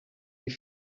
die